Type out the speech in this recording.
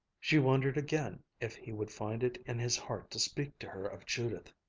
she wondered again if he would find it in his heart to speak to her of judith.